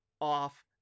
off